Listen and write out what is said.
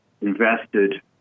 invested